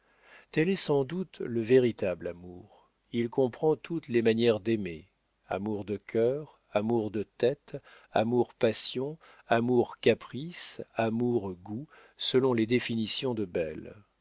tel est sans doute le véritable amour il comprend toutes les manières d'aimer amour de cœur amour de tête amour passion amour caprice amour goût selon les définitions de beyle